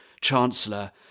chancellor